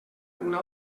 una